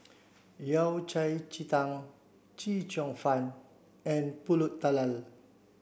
Yao Cai Ji Tang Chee Cheong Fun and Pulut Tatal